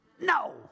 No